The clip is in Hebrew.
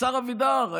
השר אבידר,